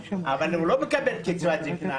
אבל הוא לא מקבל קצבת זקנה,